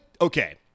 okay